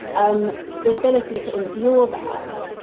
um the ability to endure that,